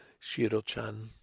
Shiro-chan